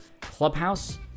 Clubhouse